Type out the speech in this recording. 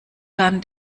kann